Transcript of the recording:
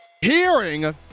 hearing